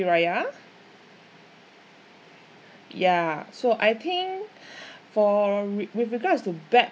raya y so I think for with with regards to bad